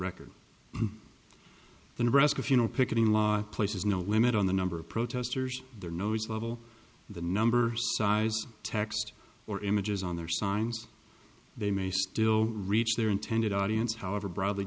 record the nebraska funeral picketing law places no limit on the number of protesters their nose level the number text or images on their signs they may still reach their intended audience however broadl